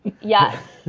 Yes